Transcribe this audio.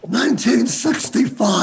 1965